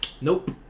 Nope